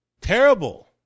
Terrible